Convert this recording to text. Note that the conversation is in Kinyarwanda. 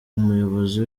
umuyobozi